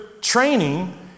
training